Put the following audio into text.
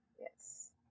yes